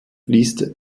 fließt